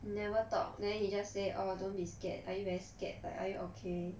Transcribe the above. never talk then he just say orh don't be scared are you very scared like are you okay